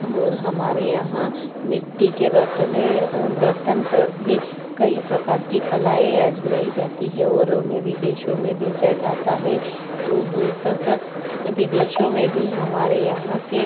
और हमारे यहाँ मिट्टी के बर्तन बर्तन पर भी कई प्रकार की कलाएं आजमाई जाती है और उन्हें विदेशों में भेजा जाता है दूर दूर तक विदेशों में भी हमारे यहाँ के